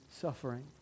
suffering